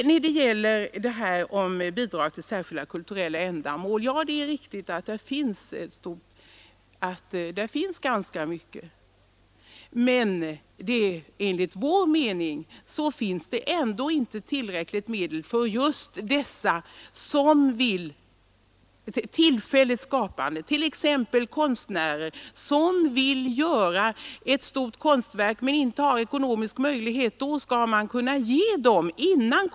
Det är riktigt att det finns ganska mycket av bidrag till särskilda kulturella ändamål. Men enligt vår mening ges ändå inte tillräckligt av medel för tillfälligt skapande. Den konstnär exempelvis som vill skapa ett konstverk men inte har ekonomiska möjligheter därtill skall kunna få medel i förväg.